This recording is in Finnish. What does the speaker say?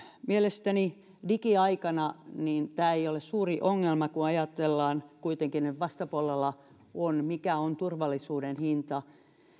mielestäni digiaikana tämä ei ole suuri ongelma kun ajatellaan kuitenkin että vastapuolella on turvallisuuden hinta